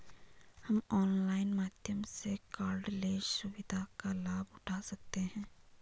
हम ऑनलाइन माध्यम से कॉर्डलेस सुविधा का लाभ उठा सकते हैं